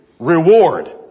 Reward